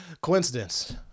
Coincidence